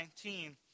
19